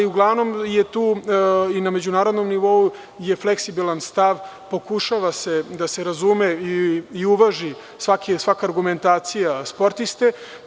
Uglavnom je tu i na međunarodnom nivou fleksibilan stav i pokušava da se razume i uvaži svaka argumentacija sportiste.